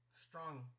strong